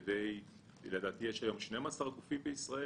לדעתי יש היום 12 גופים בישראל,